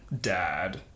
dad